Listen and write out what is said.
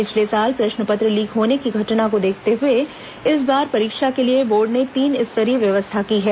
पिछले साल प्रश्न पत्र लीक होने की घटना को देखते हुए इस बार परीक्षा के लिए बोर्ड ने तीन स्तरीय व्यवस्था की है